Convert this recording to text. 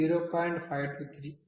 523